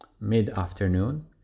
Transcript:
mid-afternoon